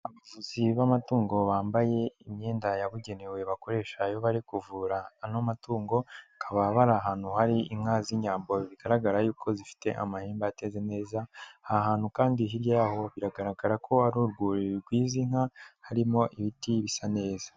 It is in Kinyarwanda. Abavuzi b'amatungo bambaye imyenda yabugenewe bakoresha iyo bari kuvura ano matungo, bakaba bari ahantu hari inka z'Inyambo bigaragara yuko zifite amahembe ateze neza, aha hantu kandi hirya yaho biragaragara ko hari urwuri rw'izi nka harimo ibiti bisa neza.